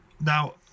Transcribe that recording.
Now